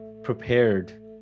prepared